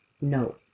no